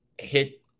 Hit